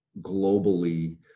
globally